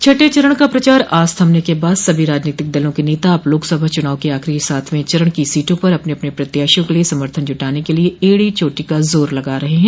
छठें चरण का प्रचार आज थमने के बाद सभी राजनीतिक दलों के नेता अब लोकसभा चुनाव के आखिरी सातवें चरण की सीटों पर अपने अपने प्रत्याशियों के लिये समर्थन जूटाने के लिये एड़ी चोटी का जोर लगा रहे हैं